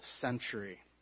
century